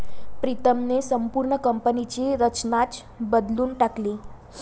प्रीतमने संपूर्ण कंपनीची रचनाच बदलून टाकली